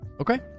Okay